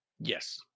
Yes